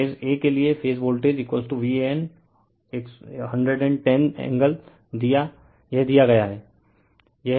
तो phase A के लिए फेज वोल्टेज VAN 110 एंगल यह दिया गया है